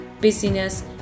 busyness